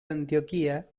antioquía